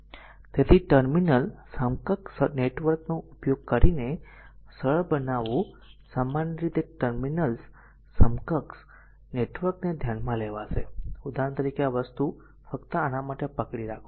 તેથી ટર્મિનલ સમકક્ષ નેટવર્ક નો ઉપયોગ કરીને સરળ બનાવવું સામાન્ય રીતે ટર્મિનલ્સ સમકક્ષ નેટવર્ક ને ધ્યાનમાં લેશે ઉદાહરણ તરીકે આ વસ્તુ ફક્ત આ માટે પકડી રાખો